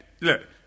look